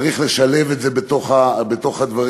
צריך לשלב את זה בתוך הדברים.